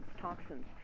toxins